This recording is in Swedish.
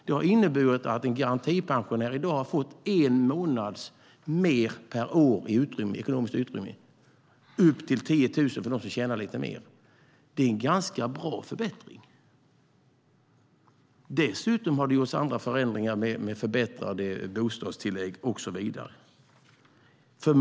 Det har inneburit att en garantipensionär har fått en månad mer per år i ekonomiskt utrymme upp till 10 000 kronor för dem som tjänar lite mer. Det är en ganska bra förbättring. Dessutom har det gjorts andra förändringar med förbättrade bostadstillägg och så vidare.